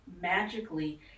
magically